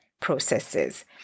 processes